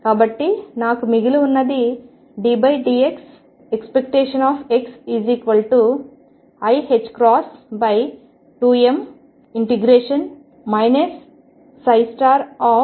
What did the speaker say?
కాబట్టి నాకు మిగిలి ఉన్నది ddt⟨x⟩iℏ2m ∂ψ∂xdx×2